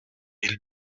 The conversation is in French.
mille